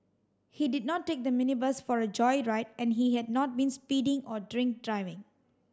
he did not take the minibus for a joyride and he had not been speeding or drink driving